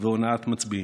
והונאת מצביעים.